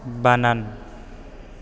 बानान